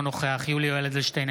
אינו נוכח יולי יואל אדלשטיין,